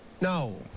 No